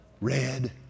Red